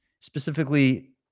specifically